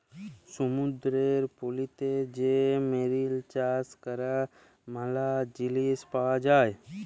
সমুদ্দুরের পলিতে যে মেরিল চাষ ক্যরে ম্যালা জিলিস পাওয়া যায়